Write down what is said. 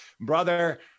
brother